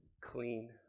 clean